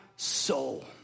Soul